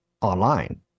online